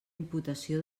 imputació